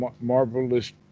marvelous